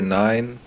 nine